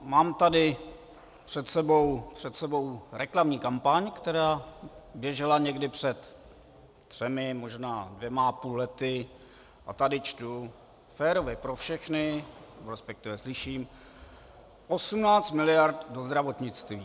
Mám tady před sebou reklamní kampaň, která běžela někdy před třemi, možná dvěma o půl lety, a tady čtu: férově pro všechny resp. slyším 18 miliard do zdravotnictví.